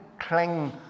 cling